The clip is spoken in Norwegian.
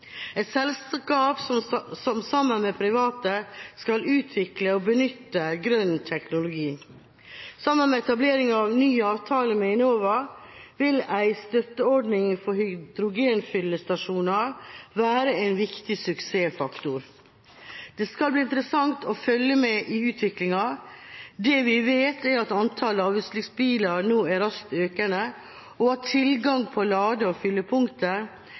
et selskap som sammen med private skal utvikle og benytte grønn teknologi. Sammen med etableringa av ny avtale med Enova vil en støtteordning for hydrogenfyllestasjoner være en viktig suksessfaktor. Det skal bli interessant å følge med i utviklinga. Det vi vet, er at antall lavutslippsbiler nå er raskt økende, og at tilgang på lade- og